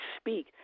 speak